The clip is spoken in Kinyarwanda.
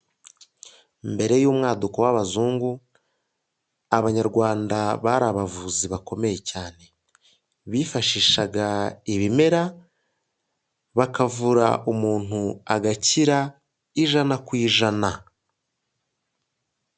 Mbere y'umwaduko w'abazungu abanyarwanda bari abavuzi bakomeye cyane bifashishaga ibimera bakavura umuntu agakira ijana ku ijana.